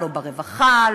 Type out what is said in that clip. לא ברווחה,